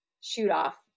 shoot-off